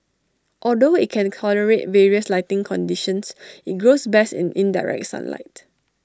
although IT can tolerate various lighting conditions IT grows best in indirect sunlight